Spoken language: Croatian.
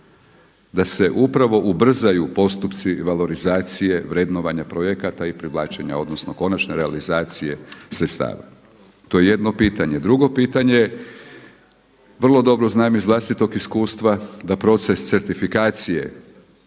da se upravo ubrzaju postupci valorizacije, vrednovanja projekata i privlačenja, odnosno konačne realizacije sredstava. To je jedno pitanje. Drugo pitanje je, vrlo dobro znam iz vlastitog iskustva da proces certifikacije